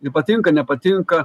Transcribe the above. i patinka nepatinka